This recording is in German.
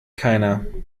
keiner